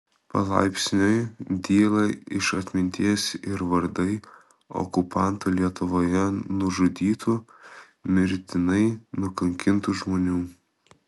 palaipsniui dyla iš atminties ir vardai okupantų lietuvoje nužudytų mirtinai nukankintų žmonių